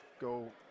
go